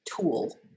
tool